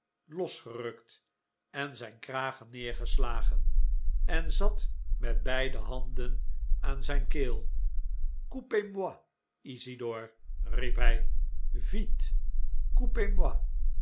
losgerukt en zijn kragen neergeslagen en zat met beide handen aan zijn keel coupez moi isidor riep hij